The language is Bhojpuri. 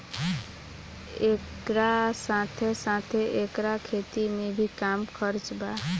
एकरा साथे साथे एकर खेती में भी कम खर्चा बा